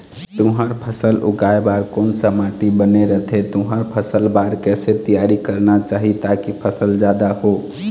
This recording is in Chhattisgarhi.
तुंहर फसल उगाए बार कोन सा माटी बने रथे तुंहर फसल बार कैसे तियारी करना चाही ताकि फसल जादा हो?